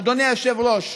אדוני היושב-ראש,